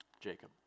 Jacob